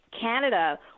Canada